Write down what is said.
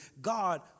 God